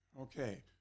Okay